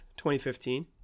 2015